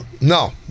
No